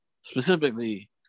specifically